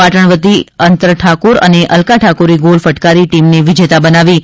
પાટણવતિ અંતર ઠાકોર અને અલ્કા ઠાકોરે ગોલ ફટકારી ટીમને વિજેતા બનાવી હતી